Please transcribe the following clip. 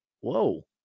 whoa